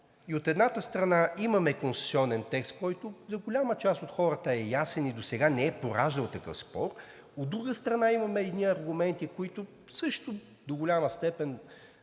и от една страна, имаме конституционен текст, който за голяма част от хората е ясен и досега не е пораждал такъв спор, от друга страна, имаме едни аргументи, които също до голяма степен